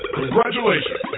congratulations